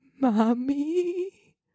Mommy